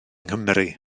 nghymru